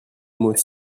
mot